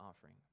offering